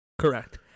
Correct